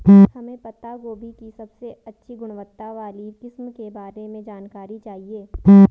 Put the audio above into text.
हमें पत्ता गोभी की सबसे अच्छी गुणवत्ता वाली किस्म के बारे में जानकारी चाहिए?